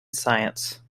science